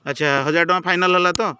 ଆଚ୍ଛା ହଜାର ଟଙ୍କା ଫାଇନାଲ୍ ହେଲା ତ